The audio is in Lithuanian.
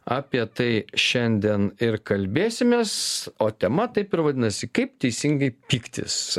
apie tai šiandien ir kalbėsimės o tema taip ir vadinasi kaip teisingai pyktis